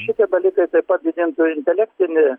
šitie dalykai tai pat didintų intelektinį